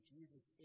Jesus